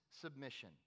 submission